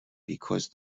because